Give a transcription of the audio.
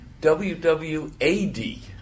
WWAD